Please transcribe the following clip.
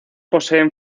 poseen